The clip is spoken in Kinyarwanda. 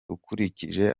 ukurikije